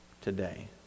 today